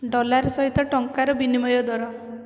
dollar ସହିତ ଟଙ୍କାର ବିନିମୟ ଦର